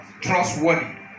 Trustworthy